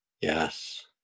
Yes